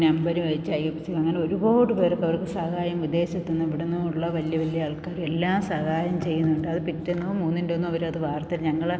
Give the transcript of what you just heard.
നമ്പരും വെച്ച് I F സിയോ അങ്ങനെ ഒരുപാട് പേർക്ക് അവർക്ക് സഹായം വിദേശത്തുനിന്നും ഇവിടുടെനിന്നും ഉള്ള വലിയ വലിയ ആൾക്കാരും എല്ലാ സഹായം ചെയ്യുന്നുണ്ട് അത് പിറ്റേന്നോ മൂന്നിൻ്റെയന്നോ അവരത് വാർത്തയിൽ ഞങ്ങളെ